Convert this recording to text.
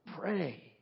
Pray